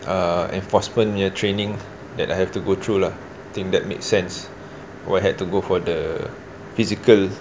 uh enforcement near training that I have to go through lah think that makes sense what had to go for the physical